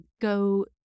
go